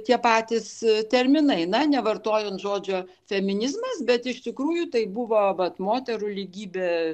tie patys terminai na nevartojant žodžio feminizmas bet iš tikrųjų tai buvo vat moterų lygybė